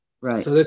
Right